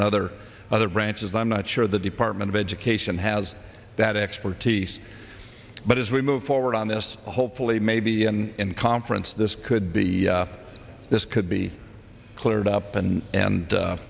and other other branches i'm not sure the department of education has that expertise but as we move forward on this hopefully maybe in conference this could be this could be cleared up and and